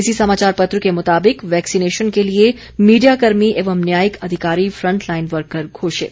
इसी समाचार पत्र के मुताबिक वैक्सीनेशन के लिए मीडिया कर्मी एवं न्यायिक अधिकारी फंट लाइन वर्कर घोषित